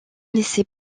laissez